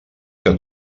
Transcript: que